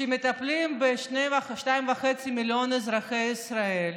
שמטפלים בשניים וחצי מיליון אזרחי ישראל,